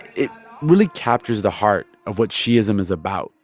it really captures the heart of what shi'ism is about.